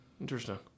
Interesting